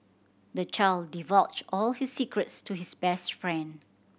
the child divulged all his secrets to his best friend